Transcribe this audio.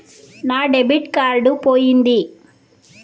నా debit card పోయింది